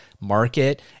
market